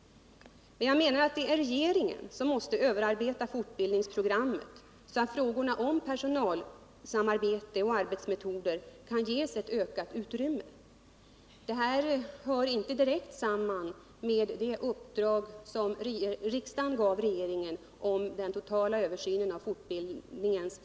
Regeringen måste överarbeta fortbildningsprogrammet, så att frågorna om personalsamarbete och arbetsmetoder kan ges ett ökat utrymme. Det här hör inte direkt samman med de uppdrag som riksdagen gav regeringen när det gäller den totala översynen av fortbildningen.